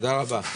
תודה רבה.